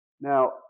Now